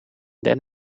then